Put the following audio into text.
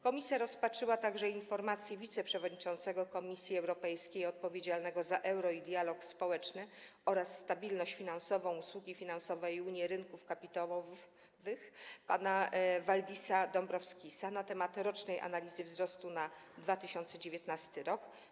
Komisja rozpatrzyła także informację wiceprzewodniczącego Komisji Europejskiej odpowiedzialnego za euro i dialog społeczny oraz stabilność finansową, usługi finansowe i unię rynków kapitałowych pana Valdisa Dombrovskisa na temat rocznej analizy wzrostu na 2019 r.